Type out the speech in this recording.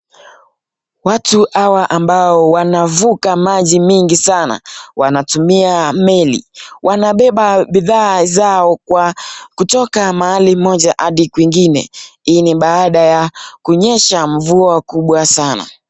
Watu hawa ambao wanavuka maji mingi sana wanatumia meli, wanabeba bidhaa zao kwa kutoka mahali moja hadi kwingine, hii ni baada ya kunyesha mvua kubwa sana.